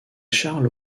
charles